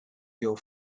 your